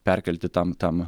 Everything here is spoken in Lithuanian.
perkelti tam tam